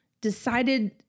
decided